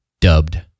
dubbed